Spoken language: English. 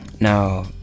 now